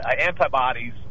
antibodies